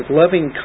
loving